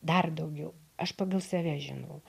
dar daugiau aš pagal save žinau